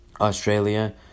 Australia